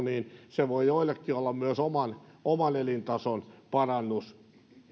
niin se voi joillekin olla myös oman oman elintason parannus